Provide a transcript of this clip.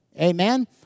Amen